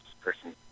person